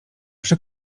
przy